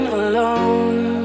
alone